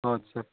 ꯑꯣ ꯑꯠꯆꯥ